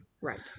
right